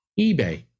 eBay